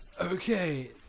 Okay